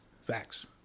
facts